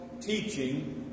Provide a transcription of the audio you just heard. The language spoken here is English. teaching